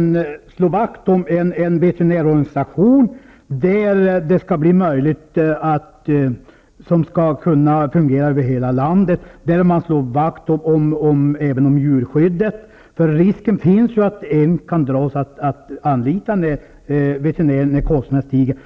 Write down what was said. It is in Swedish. verkligen vill slå vakt om en veterinärorganisation som kan fungera över hela landet och om man vill slå vakt om djurskyddet. Risken finns ju att människor drar sig för att anlita veterinär när kostnaderna stiger.